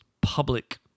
public